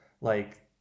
like-